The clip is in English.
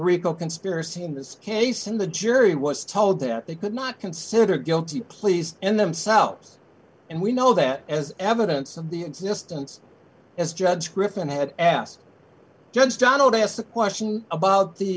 rico conspiracy in this case and the jury was told that they could not consider guilty pleas in themselves and we know that as evidence of the existence as judge griffin had asked judge donald i asked a question about the